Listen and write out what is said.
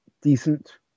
decent